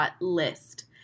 list